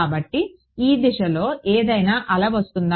కాబట్టి ఈ దిశలో ఏదైనా అల వస్తుందా